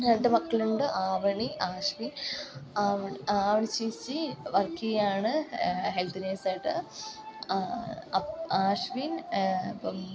രണ്ടു മക്കളുണ്ട് ആവണി ആശ്വിൻ ആവണി ആവണി ചേച്ചി വർക്ക് ചെയ്യാണ് ഹെൽത്ത് നേഴ്സ് ആയിട്ട് അപ് ആശ്വിൻ ഇപ്പം